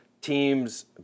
teams